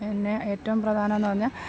പിന്നെ ഏറ്റവും പ്രധാനം എന്ന് പറഞ്ഞാൽ